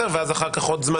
ואחר כך יהיה עוד זמן